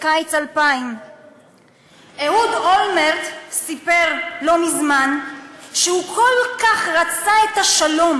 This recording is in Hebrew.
בקיץ 2000. אהוד אולמרט סיפר לא מזמן שהוא כל כך רצה את השלום